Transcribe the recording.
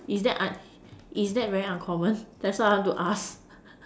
is that is that very uncommon that's what I want to ask